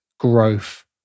Growth